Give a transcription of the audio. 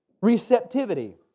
receptivity